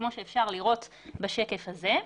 כמו שאפשר לראות בשקף הזה,